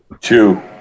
Two